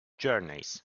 journeys